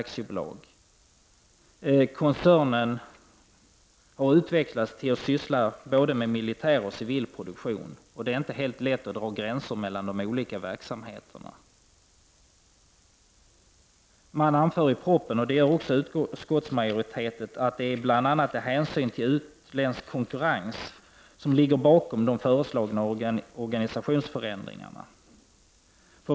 Koncernen har utvecklats till att syssla med både militär och civil produktion. Det är inte helt lätt att dra gränser mellan de olika verksamheterna. Man anför i propositionen — och det gör också utskottsmajoriteten — att bl.a. hänsyn till utländsk konkurrens ligger bakom de föreslagna organisationsförändringarna.